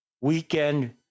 weekend